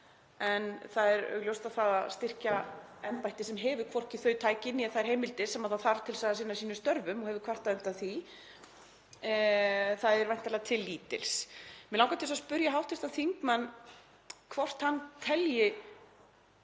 en það er augljóst að það að styrkja embætti sem hefur hvorki þau tæki né þær heimildir sem það þarf til að sinna sínum störfum og hefur kvartað undan því er væntanlega til lítils. Mig langar að spyrja hv. þingmann hvort hann telji